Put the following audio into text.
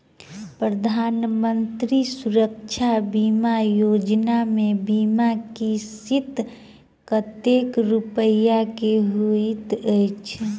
प्रधानमंत्री सुरक्षा बीमा योजना मे बीमा किस्त कतेक रूपया केँ होइत अछि?